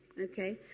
Okay